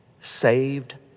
saved